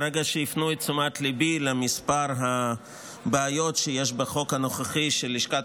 ברגע שהפנו את תשומת ליבי לכמה בעיות שיש בחוק הנוכחי של לשכת